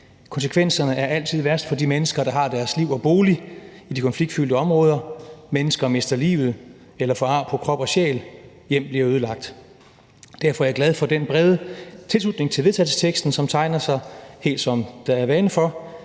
Konsekvenserne er altid værst for de mennesker, der har deres liv og bolig i de konfliktfyldte områder. Mennesker mister livet eller får ar på krop og sjæl, og hjem bliver ødelagt. Derfor er jeg glad for den brede tilslutning til vedtagelsesteksten, som tegner sig, helt som det er sædvane.